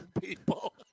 people